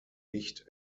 nicht